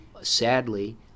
sadly